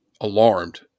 alarmed